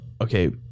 Okay